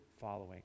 following